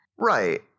right